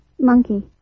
monkey